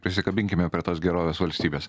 prisikabinkime prie tos gerovės valstybės